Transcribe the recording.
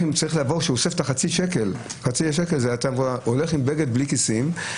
כשהוא אוסף את חצי השקל הוא צריך לבוא עם בגד בלי כיסים,